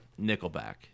Nickelback